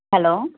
hello